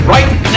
Right